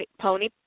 pony